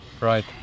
right